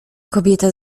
kobieta